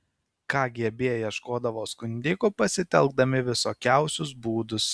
kgb ieškodavo skundikų pasitelkdami visokiausius būdus